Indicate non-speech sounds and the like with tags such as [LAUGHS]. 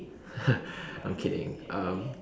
[LAUGHS] I'm kidding um